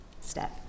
step